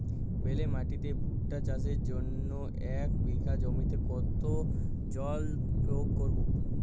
বেলে মাটিতে ভুট্টা চাষের জন্য এক বিঘা জমিতে কতো জল প্রয়োগ করব?